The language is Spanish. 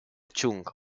chung